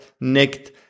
nicked